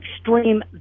extreme